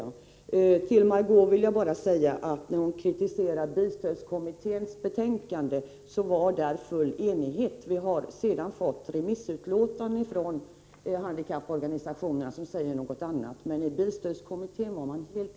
Jag vill då påpeka att det rådde full enighet i bilstödskommittén, även om det sedan har kommit remissutlåtanden från handikapporganisationerna som säger någonting annat.